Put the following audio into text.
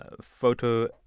photo